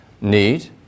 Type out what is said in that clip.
need